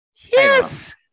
yes